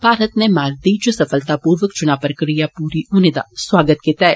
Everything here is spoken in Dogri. भारत नै मानद्वीप च सफलतापूर्वक चुनां प्रक्रिया पूरी होने दा सौआगत कीता ऐ